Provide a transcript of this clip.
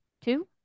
two